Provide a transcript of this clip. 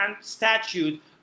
statute